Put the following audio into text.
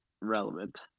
relevant